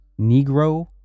negro